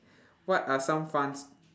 what are some fun